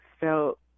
felt